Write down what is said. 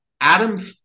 Adam